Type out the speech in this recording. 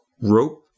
rope